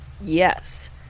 Yes